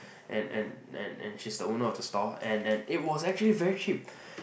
and and and and she's the owner of the store and and it was actually very cheap